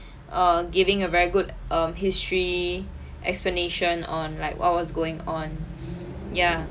err giving a very good um history explanation on like what was going on ya